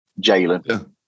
Jalen